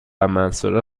منصوره